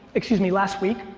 excuse me, last week,